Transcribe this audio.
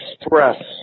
express